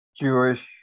Jewish